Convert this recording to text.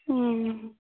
ᱚᱻ